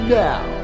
now